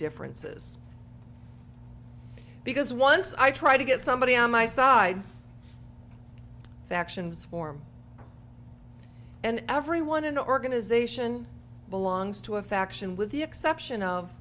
differences because once i try to get somebody on my side factions form and everyone in the organization belongs to a faction with the exception of